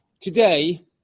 Today